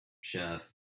chef